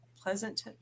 pleasant